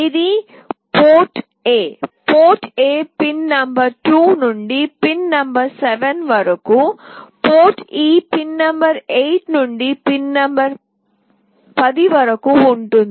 ఇది port A port A pin number 2 నుండి pin number 7 వరకు పోర్ట్ E పిన్ నంబర్ 8 నుండి 10 వరకు ఉంటుంది